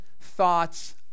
thoughts